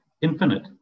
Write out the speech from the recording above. infinite